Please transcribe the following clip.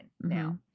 now